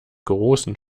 großen